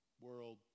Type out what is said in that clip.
world